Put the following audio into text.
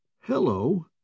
Hello